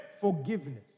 forgiveness